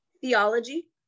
theology